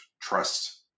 trust